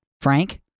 Frank